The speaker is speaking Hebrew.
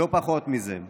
לא פחות מזה.